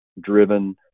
driven